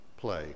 play